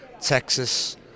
Texas